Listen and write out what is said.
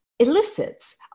elicits